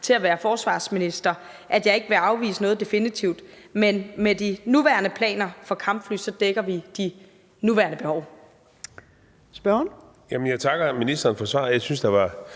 til at være forsvarsminister, at jeg ikke vil afvise noget definitivt, men med de nuværende planer for kampfly dækker vi de nuværende behov.